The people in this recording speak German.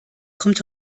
kommt